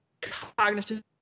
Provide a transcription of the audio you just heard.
cognitive